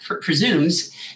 presumes